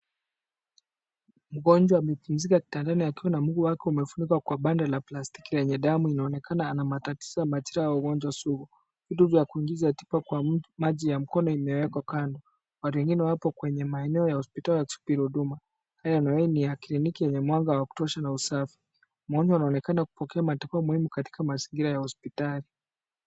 Mgonjwa amepumzika kitandani akiwa na mguu wake umefunikwa kwa banda la plastiki lenye damu. Inaonekana ana matatizo, matatizo ya ugonjwa sugu. Vitu za kuingiza tiba kwa mtu, maji ya mkono imewekwa kando. Watu wengine wapo kwenye maeneo ya hospitali wakisubiri huduma. Haya maeneo ni ya kliniki yenye mwanga wa kutosha na usafi. Mgonjwa anaonekana kupokea matibabu muhimu katika mazingira ya hospitali.